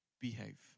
behave